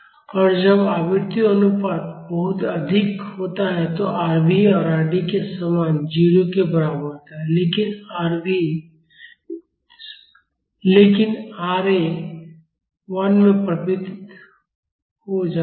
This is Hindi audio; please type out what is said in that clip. और जब आवृत्ति अनुपात बहुत अधिक होता है तो Rv Rd के समान 0 के बराबर होता है लेकिन Ra 1 में परिवर्तित हो जाता है